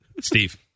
Steve